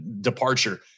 departure